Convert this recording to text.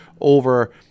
over